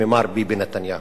ממר ביבי נתניהו.